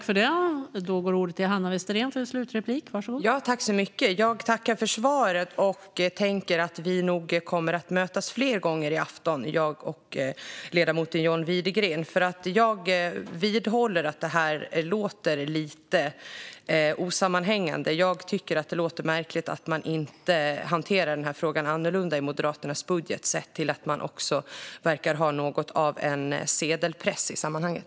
Fru talman! Jag tackar för svaret och tänker att vi nog kommer att mötas fler gånger i afton, jag och ledamoten John Widegren, för jag vidhåller att det här låter lite osammanhängande. Jag tycker att det låter märkligt att man inte hanterar den här frågan annorlunda i Moderaternas budget, sett till att man också verkar ha något av en sedelpress i sammanhanget.